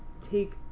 take